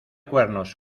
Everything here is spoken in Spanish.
cuernos